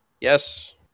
Yes